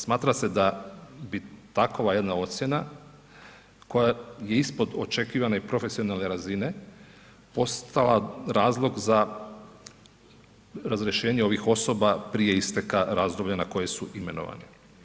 Smatra se da bi takova jedna ocjena koja je ispod očekivane i profesionalne razine postala razlog za razrješenje ovih osoba prije isteka razdoblja na koje su imenovani.